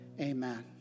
Amen